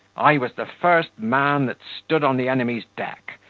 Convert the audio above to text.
i was the first man that stood on the enemy's deck,